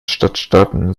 stadtstaaten